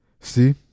See